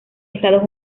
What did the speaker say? estados